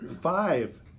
five